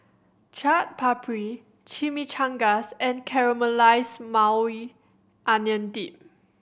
Chaat Papri Chimichangas and Caramelized Maui Onion Dip